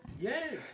Yes